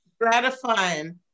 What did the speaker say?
gratifying